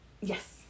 Yes